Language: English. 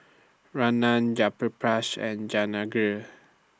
Ramnath Jayaprakash and Jehangirr